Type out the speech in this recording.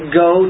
go